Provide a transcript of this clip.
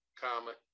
comma